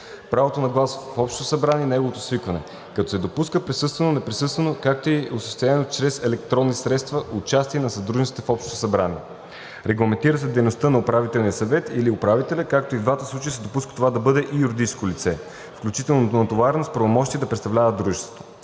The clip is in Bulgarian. правото на глас в общото събрание и неговото свикване, като се допуска присъствено, неприсъствено, както и осъществено чрез електронни средства участие на съдружниците в общото събрание. Регламентира се дейността на управителния съвет или управителя, като и в двата случая се допуска това да бъде и юридическо лице, включително натоварено с правомощия да представлява дружеството.